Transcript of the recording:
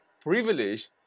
privilege